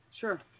Sure